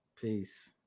Peace